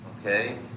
Okay